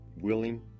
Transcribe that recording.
willing